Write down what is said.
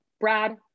Brad